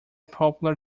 popular